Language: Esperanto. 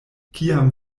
kiam